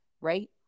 right